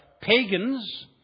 pagans